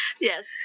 Yes